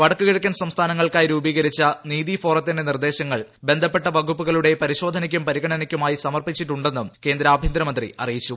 വടക്കു കിഴക്കൻ സംസ്ഥാനങ്ങൾക്കായി രൂപീകരിച്ച നിതി ഫോറത്തിന്റെ നിർദ്ദേശങ്ങൾ ബന്ധപ്പെട്ട വകുപ്പുകളുടെ പരിശോധനയ്ക്കും പരിഗണനയ്ക്കുമായി സമർപ്പിച്ചിട്ടുണ്ടെന്നും കേന്ദ്രആഭ്യന്തര മന്ത്രി അറിയിച്ചു